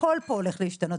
הכול הולך להשתנות.